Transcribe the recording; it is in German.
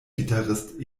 gitarrist